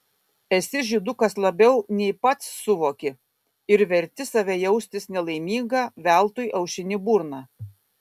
esi žydukas labiau nei pats suvoki ir verti save jaustis nelaimingą veltui aušini burną